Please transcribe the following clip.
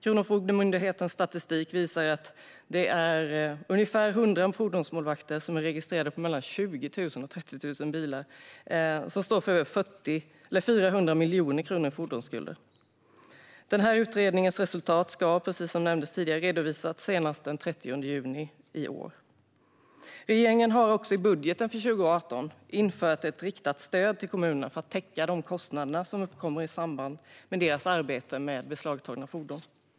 Kronofogdemyndighetens statistik visar att ungefär 100 fordonsmålvakter, som är registrerade på mellan 20 000 och 30 000 bilar, står för 400 miljoner kronor i fordonsskulder. Som nämndes tidigare ska utredningens resultat redovisas senast den 30 juni i år. Regeringen har i budgeten för 2018 också infört ett riktat stöd till kommunerna för att täcka de kostnader som uppkommer i samband med deras arbete med beslagtagna fordon.